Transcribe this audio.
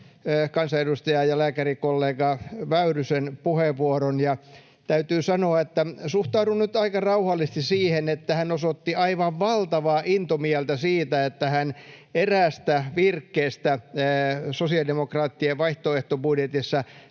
kansanedustaja ja lääkärikollega Väyrysen puheenvuoron, ja täytyy sanoa, että suhtaudun nyt aika rauhallisesti siihen, että hän osoitti aivan valtavaa intomieltä siitä, että hän eräästä virkkeestä sosiaalidemokraattien vaihtoehtobudjetissa